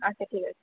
আচ্ছা ঠিক আছে